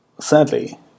sadly